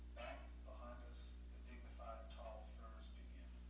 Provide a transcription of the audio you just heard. ah um us, the dignified tall first begin.